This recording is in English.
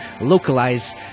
localize